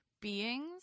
beings